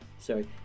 Sorry